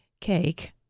cake